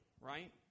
right